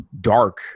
dark